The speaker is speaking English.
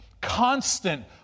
constant